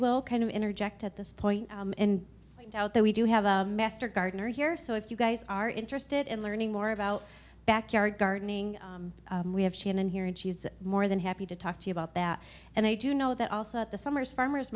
will kind of interject at this point and i doubt that we do have a master gardener here so if you guys are interested in learning more about backyard gardening we have shannon here and she's more than happy to talk to you about that and i do know that also at the summer's farmers